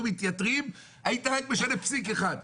מתייתרים אם היית רק משנה פסיק אחד,